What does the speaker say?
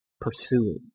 pursuing